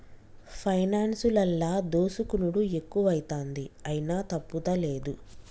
పైనాన్సులల్ల దోసుకునుడు ఎక్కువైతంది, అయినా తప్పుతలేదు